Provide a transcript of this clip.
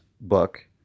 book